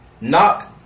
Knock